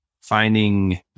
finding